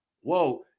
whoa